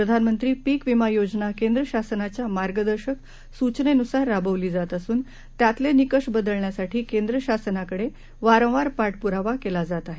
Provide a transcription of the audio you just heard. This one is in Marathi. प्रधानमंत्री पिक विमा योजना केंद्र शासनाच्या मार्गदर्शक सूचनेनुसार राबवली जात असून त्यातले निकष बदलण्यासाठी केंद्र शासनाकडे वारंवार पाठपुरावा केला जात आहे